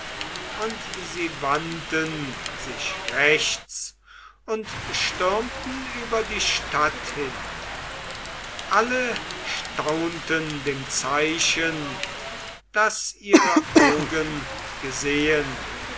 und sie wandten sich rechts und stürmten über die stadt hin alle staunten dem zeichen das ihre augen gesehen